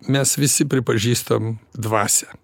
mes visi pripažįstam dvasią